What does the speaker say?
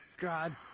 god